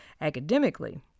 academically